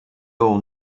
all